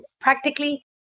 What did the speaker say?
practically